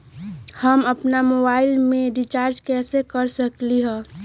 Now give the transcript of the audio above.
हम अपन मोबाइल में रिचार्ज कैसे कर सकली ह?